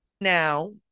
Now